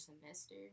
semester